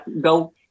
go